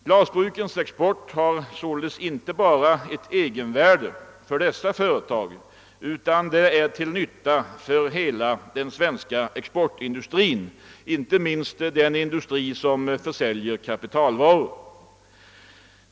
Glasbrukens export har således inte bara ett egenvärde för de berörda företagen, utan är till nytta för hela den svenska exportindustrin, inte minst den del som säljer kapitalvaror.